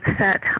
set